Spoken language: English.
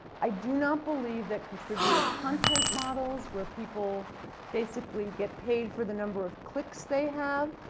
i do not believe that contributor content models, where people basically get paid for the number of clicks they have,